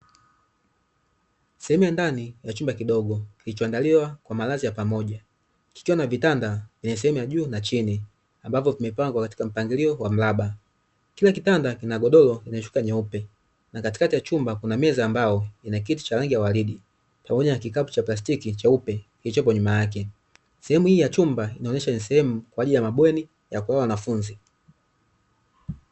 Sehemu ya ndani ya chumba kidogo, kilicho andaliwa kwa malazi ya pamoja kikiwa na vitanda sehemu ya juu na chini, ambavyo vimepangwa kwa mpangilio wa mraba, kila kinagodoro lenye shuka nyeupe na katikati ya chumba kuna meza ya mbao inakiti cha rangi ya uwaridi pamoja na kiti cha plastiki cheupe kilichopo nyuma yake. Sehemu hii ya chumba, inaonyesha sehemu kwajili ya mabweni ya kulala wanafunzi.